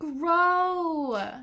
grow